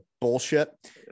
bullshit